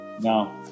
No